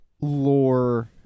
lore